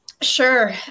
Sure